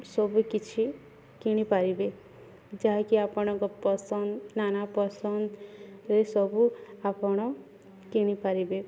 ସବୁ କିଛି କିଣିପାରିବେ ଯାହାକି ଆପଣଙ୍କ ପସନ୍ଦ ନାନା ପସନ୍ଦରେ ସବୁ ଆପଣ କିଣିପାରିବେ